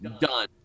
Done